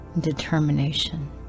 Determination